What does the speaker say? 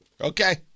Okay